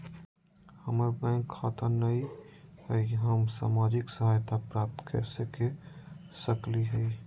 हमार बैंक खाता नई हई, हम सामाजिक सहायता प्राप्त कैसे के सकली हई?